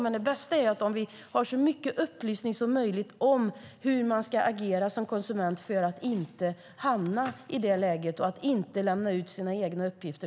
Men det bästa är om vi har så mycket upplysning som möjligt om hur man ska agera som konsument för att inte hamna i det här läget och inte lämna ut sina egna uppgifter.